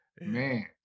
man